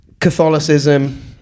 Catholicism